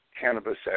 Cannabis